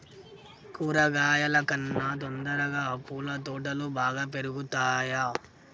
కూరగాయల కన్నా తొందరగా పూల తోటలు బాగా పెరుగుతయా?